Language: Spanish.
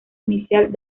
inicial